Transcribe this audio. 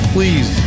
Please